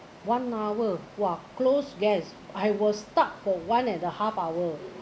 one hour !wah! closed guess I was stuck for one and a half hour